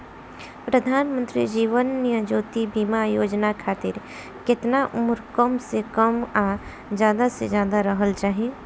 प्रधानमंत्री जीवन ज्योती बीमा योजना खातिर केतना उम्र कम से कम आ ज्यादा से ज्यादा रहल चाहि?